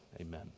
amen